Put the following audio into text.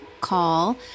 call